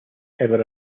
ever